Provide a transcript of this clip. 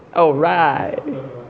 alright